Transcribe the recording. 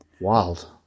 Wild